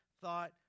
thought